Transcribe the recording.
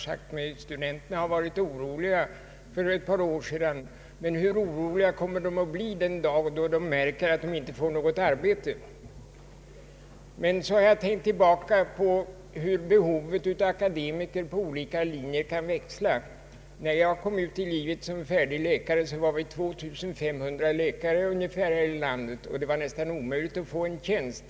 Studenterna var oroliga för ett par år sedan, men bur oroliga blir de inte den dagen de inte får ett arbete, det har jag frågat mig. Men så har jag tänkt tillbaka på hur behovet av akademiker på olika områden kan växla. När jag kom ut i livet som färdig läkare fanns det ungefär 2 500 läkare i landet, och det var nästan omöjligt att få en tjänst.